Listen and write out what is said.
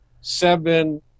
seven